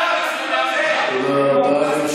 תודה רבה.